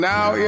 Now